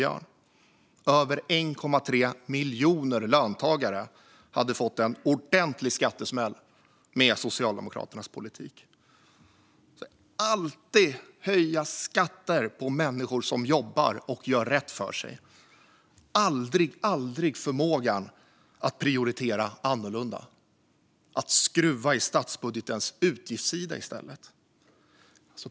Över 1,3 miljoner löntagare hade fått en ordentlig skattesmäll med Socialdemokraternas politik, som alltid handlar om att höja skatter på människor som jobbar och gör rätt för sig och aldrig om förmågan att prioritera annorlunda och i stället skruva på statsbudgetens utgiftssida.